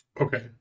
Okay